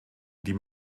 die